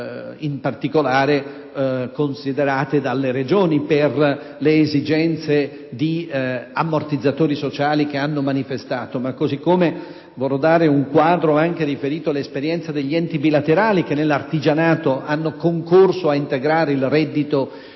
in particolare, considerate dalle Regioni per le esigenze di ammortizzatori sociali che hanno manifestato. Così come vorrò dare un quadro riferito all'esperienza degli enti bilaterali, che nell'artigianato hanno concorso ad integrare il reddito